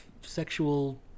sexual